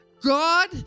God